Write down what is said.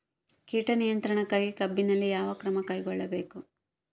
ಕೇಟ ನಿಯಂತ್ರಣಕ್ಕಾಗಿ ಕಬ್ಬಿನಲ್ಲಿ ಯಾವ ಕ್ರಮ ಕೈಗೊಳ್ಳಬೇಕು?